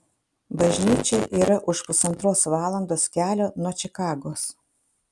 bažnyčia yra už pusantros valandos kelio nuo čikagos